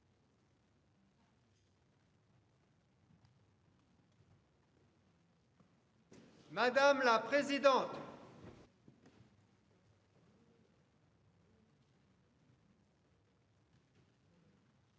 madame la présidente.